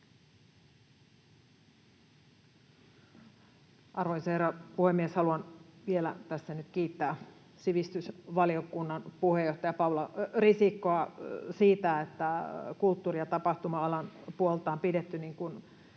Arvoisa herra puhemies! Haluan vielä tässä nyt kiittää sivistysvaliokunnan puheenjohtaja Paula Risikkoa siitä, että kulttuuri- ja tapahtuma-alan puolta on pidetty,